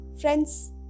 Friends